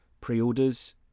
pre-orders